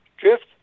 Drift